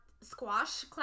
squash